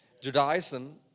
Judaism